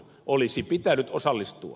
olisi pitänyt osallistua